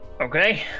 Okay